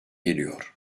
geliyor